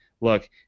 look